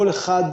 כל אחד,